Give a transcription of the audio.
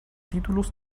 títulos